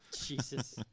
Jesus